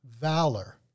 Valor